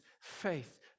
faith